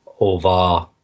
over